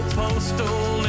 postal